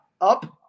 up